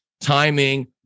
timing